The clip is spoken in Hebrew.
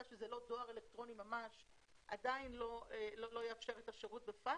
שזה לא דואר אלקטרוני ממש לא יאפשר את השירות בפקס,